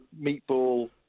meatball